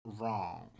wrong